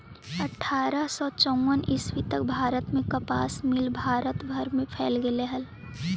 अट्ठारह सौ चौवन ईस्वी तक भारत में कपास मिल भारत भर में फैल गेले हलई